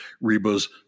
Reba's